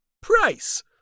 price